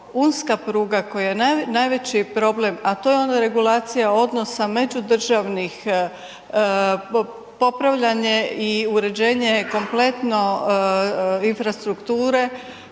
Unska pruga koja je najveći problem, a to je ono regulacija odnosa međudržavnih, popravljanje i uređenje kompletno infrastrukture